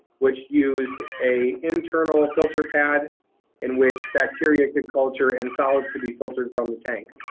which used a internal filter pad in which bacteria could culture and solids could be filtered from the tank.